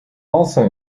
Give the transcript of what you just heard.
also